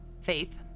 Faith